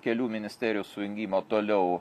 kelių ministerijų sujungimo toliau